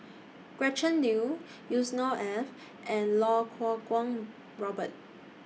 Gretchen Liu Yusnor Ef and Iau Kuo Kwong Robert